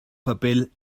papel